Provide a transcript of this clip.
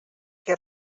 que